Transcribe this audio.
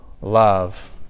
love